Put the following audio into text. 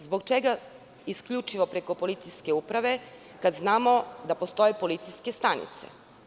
Zbog čega isključivo preko policijske uprave, kada znamo da postoje policijske stanice?